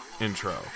intro